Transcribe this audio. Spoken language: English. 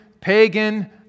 pagan